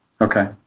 Okay